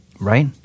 Right